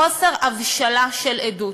חוסר הבשלה של עדות.